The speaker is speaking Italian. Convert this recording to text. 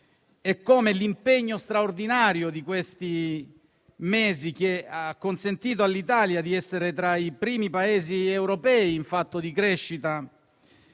e come l'impegno straordinario di questi mesi abbia consentito all'Italia di essere tra i primi Paesi europei in fatto di crescita